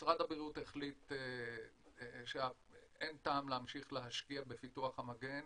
משרד הבריאות החליט שאין טעם להמשיך להשקיע בפיתוח המגן.